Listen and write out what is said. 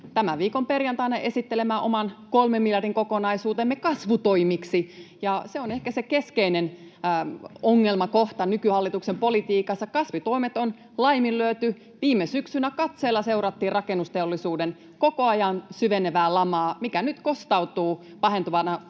tämän viikon perjantaina esittelemään oman kolmen miljardin kokonaisuutemme kasvutoimiksi. Se on ehkä se keskeinen ongelmakohta nykyhallituksen politiikassa: kasvutoimet on laiminlyöty. Viime syksynä katseella seurattiin rakennusteollisuuden koko ajan syvenevää lamaa, mikä nyt kostautuu pahentuvana